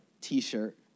T-shirt